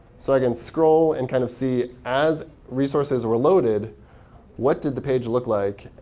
so i can scroll and kind of see as resources were loaded what did the page look like.